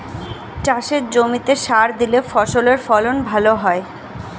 চাষের জমিতে সার দিলে ফসলের ফলন ভালো হয়